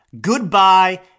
Goodbye